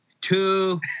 two